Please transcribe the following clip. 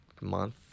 month